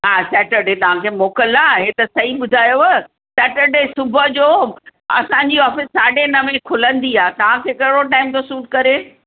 हा सेटरडे तव्हांखे मोकिल आहे ई त सही ॿुधायव सेटरडे सुबुह जो असांजी ऑफ़िस साढे नवें खुलंदी आहे तव्हांखे कहिड़ो टाइम थो सूट करे